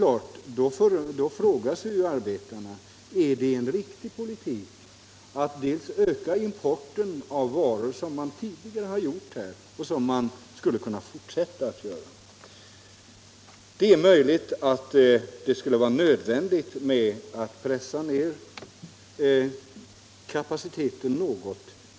Arbetarna frågar sig naturligtvis om det är en riktig politik att öka importen av sådana varor som man tidigare framställt här och som man skulle kunna fortsätta att tillverka. Det är möjligt att det skulle vara nödvändigt att för tillfället pressa ner kapaciteten något.